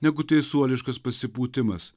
negu teisuoliškas pasipūtimas